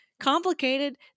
complicated